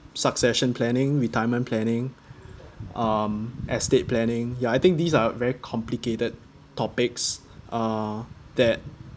succession planning retirement planning um estate planning ya I think these are very complicated topics uh that